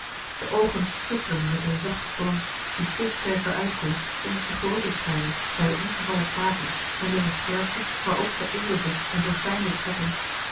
de oogen schitteren met een zachten glans die te sterker uitkomt omdat ze grooter schijnen bij de ingevallen kaken en de verscherpte maar ook veredelde en verfijnde trekken